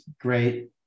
great